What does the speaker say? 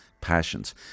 passions